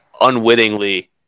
unwittingly